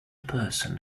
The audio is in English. person